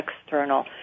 external